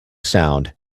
sound